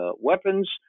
weapons